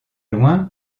loin